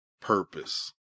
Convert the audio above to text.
purpose